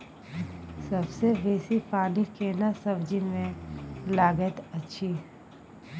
सबसे बेसी पानी केना सब्जी मे लागैत अछि?